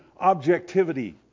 objectivity